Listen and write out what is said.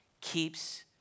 keeps